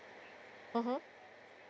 mmhmm